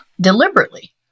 deliberately